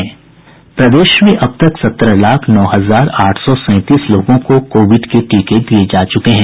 प्रदेश में अब तक सत्रह लाख नौ हजार आठ सौ सैंतीस लोगों को कोविड के टीके दिये जा चुके है